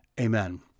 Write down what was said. Amen